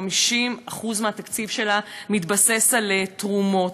ו-50% מהתקציב שלה מתבסס על תרומות.